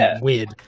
weird